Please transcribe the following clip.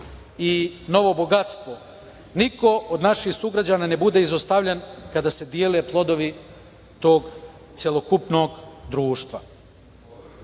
i novo bogatstvo, niko od naših sugrađana ne bude izostavljen kada se dele plodovi tog celokupnog društva.